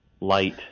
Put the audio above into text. light